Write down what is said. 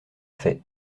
fait